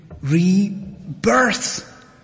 rebirth